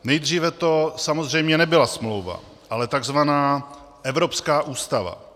Nejdříve to samozřejmě nebyla smlouva, ale takzvaná Evropská ústava.